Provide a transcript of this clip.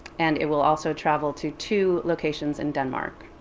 and it will also travel to two locations in denmark.